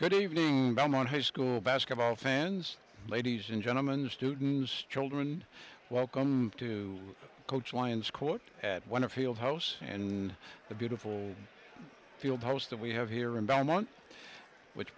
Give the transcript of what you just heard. good evening i'm on high school basketball fans ladies and gentlemen students children welcome to coach lyons court at one of field house and the beautiful field house that we have here in belmont which